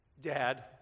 Dad